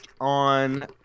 on